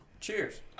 cheers